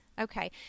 Okay